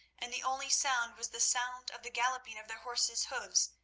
and the only sound was the sound of the galloping of their horses' hoofs.